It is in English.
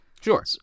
Sure